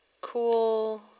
cool